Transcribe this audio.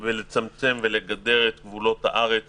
לצמצם ולגדר את גבולות הארץ